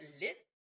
lit